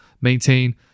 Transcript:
maintain